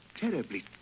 terribly